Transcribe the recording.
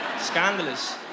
Scandalous